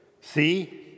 See